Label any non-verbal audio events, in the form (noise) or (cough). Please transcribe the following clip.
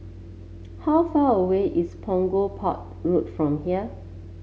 (noise) how far away is Punggol Port Road from here